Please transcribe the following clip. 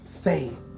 faith